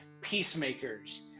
peacemakers